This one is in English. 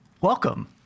Welcome